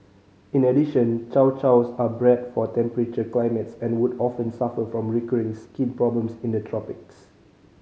in addition Chow Chows are bred for temperate climates and would often suffer from recurring skin problems in the tropics